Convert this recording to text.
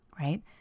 Right